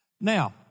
Now